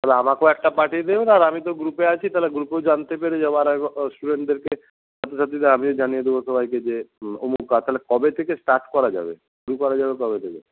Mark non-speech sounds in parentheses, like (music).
তাহলে আমাকেও একটা পাঠিয়ে দেবেন আর আমি তো গ্রুপে আছি তাহলে গ্রুপেও জানতে পেরে যাবো আর (unintelligible) স্টুডেন্টদেরকে (unintelligible) আমিও জানিয়ে দেবো সবাইকে যে (unintelligible) তাহলে কবে থেকে স্টার্ট করা যাবে শুরু করা যাবে কবে থেকে